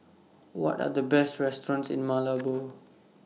What Are The Best restaurants in Malabo